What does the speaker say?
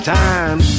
time